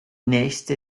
nächste